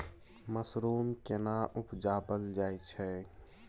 Mushroom केना उबजाबल जाय छै?